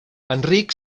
enric